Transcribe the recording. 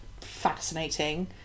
fascinating